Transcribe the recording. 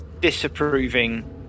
disapproving